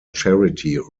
charity